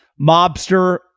mobster